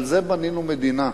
על זה בנינו מדינה,